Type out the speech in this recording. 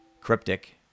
cryptic